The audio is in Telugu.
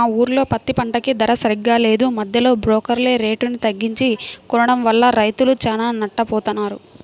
మా ఊర్లో పత్తి పంటకి ధర సరిగ్గా లేదు, మద్దెలో బోకర్లే రేటుని తగ్గించి కొనడం వల్ల రైతులు చానా నట్టపోతన్నారు